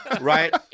right